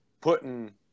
putting